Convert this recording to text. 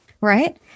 Right